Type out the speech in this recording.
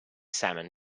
salmon